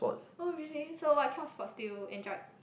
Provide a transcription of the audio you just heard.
oh really so what kind of sports do you enjoyed